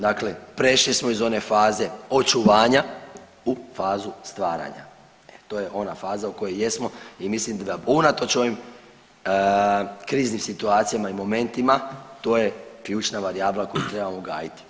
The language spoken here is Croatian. Dakle prešli smo iz one faze očuvanja u fazu stvaranja, e to je ona faza u kojoj jesmo i mislim da unatoč ovim kriznim situacija i momentima to je ključna varijabla koju trebamo gajiti.